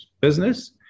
business